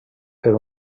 per